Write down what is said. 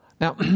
Now